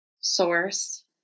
source